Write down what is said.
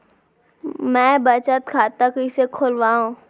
मै बचत खाता कईसे खोलव?